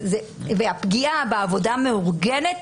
הפגיעה בעבודה המאורגנת,